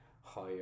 higher